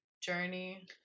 journey